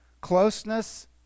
Closeness